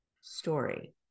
story